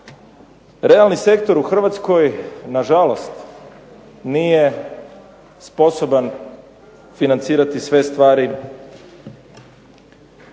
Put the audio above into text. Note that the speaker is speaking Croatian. Realni sektor u Hrvatskoj nažalost nije sposoban financirati sve stvari